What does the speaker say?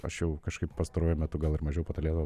aš jau kažkaip pastaruoju metu gal ir mažiau po tą lietuvą